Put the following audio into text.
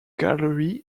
gallery